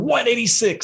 186